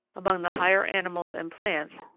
among the higher animals and plants,